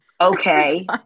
Okay